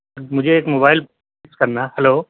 مجھے ایک موبائل کرنا ہلو